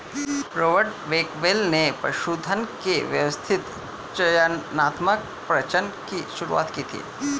Robert Bakewell ने पशुधन के व्यवस्थित चयनात्मक प्रजनन की शुरुआत की थी